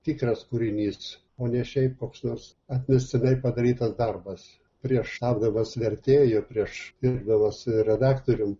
tikras kūrinys o ne šiaip koks nors atmestinai padarytas darbas prieš tapdamas vertėju prieš dirbdamas redaktorium